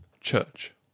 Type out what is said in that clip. Church